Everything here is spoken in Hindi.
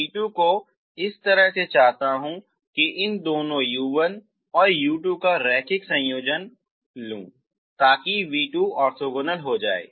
मैं v2 इस तरह से चाहता हूं कि मैं इन दोनों u1 और u2 का रैखिक संयोजन लेना चाहता हूं ताकि v2 ऑर्थोगोनल हो